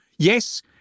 Yes